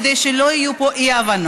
כדי שלא יהיו פה אי-הבנות,